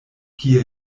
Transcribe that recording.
kie